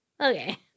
Okay